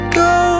go